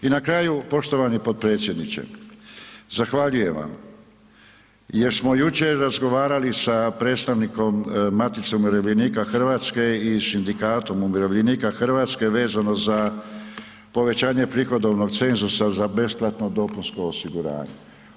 I na kraju, poštovani potpredsjedniče, zahvaljujem vam jer smo jučer razgovarali a predstavnikom Matice umirovljenika Hrvatske i Sindikatom umirovljenika Hrvatske vezano za povećanje prihodovnog cenzusa za besplatno dopunsko osiguranje.